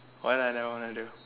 what I never wanted to do